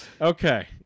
Okay